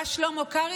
בא שלמה קרעי